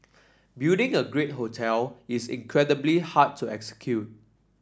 building a great hotel is incredibly hard to execute